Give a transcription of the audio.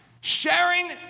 Sharing